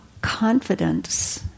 confidence